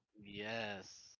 Yes